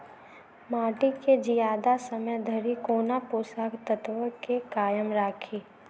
माटि केँ जियादा समय धरि कोना पोसक तत्वक केँ कायम राखि?